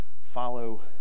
follow